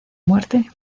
muerte